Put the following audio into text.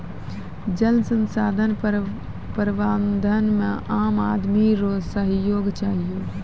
जल संसाधन प्रबंधन मे आम आदमी रो सहयोग चहियो